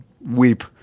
weep